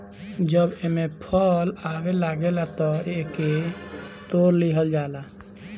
जब एमे फल आवे लागेला तअ ओके तुड़ लिहल जाला